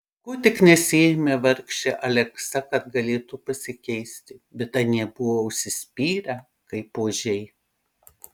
ko tik nesiėmė vargšė aleksa kad galėtų pasikeisti bet anie buvo užsispyrę kaip ožiai